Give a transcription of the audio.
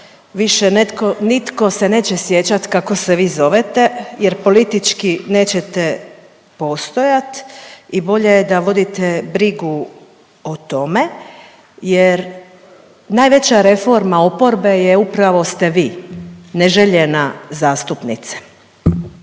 netko nitko se neće sjećat kako se vi zovete jer politički nećete postojat i bolje je da vodite brigu o tome, jer najveća reforma oporbe je upravo ste vi, neželjena zastupnice.